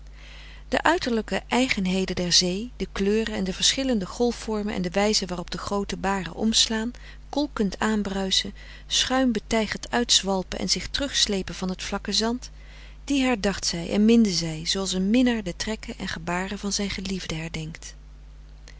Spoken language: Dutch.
de uiterlijke eigenheden der zee de kleuren en de verschillende golfvormen en de wijze waarop de groote frederik van eeden van de koele meren des doods baren omslaan kokend aanbruischen schuim betijgerd uitzwalpen en zich terugsleepen van t vlakke zand die herdacht zij en minde zij zooals een minnaar de trekken en gebaren van zijn geliefde herdenkt